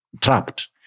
trapped